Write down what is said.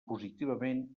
positivament